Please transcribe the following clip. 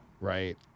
right